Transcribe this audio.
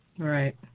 Right